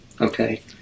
Okay